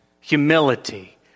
humility